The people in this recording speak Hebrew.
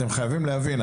אתם חייבים להבין,